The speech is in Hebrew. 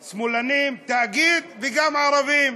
שמאלנים, תאגיד וגם ערבים.